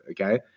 Okay